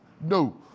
No